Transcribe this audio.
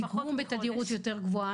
דיגום בתדירות יותר גבוהה.